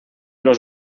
los